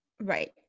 right